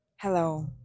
Hello